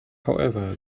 however